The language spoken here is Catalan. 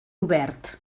obert